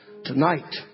tonight